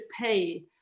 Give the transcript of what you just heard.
pay